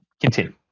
Continue